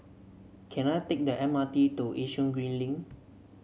can I take the M R T to Yishun Green Link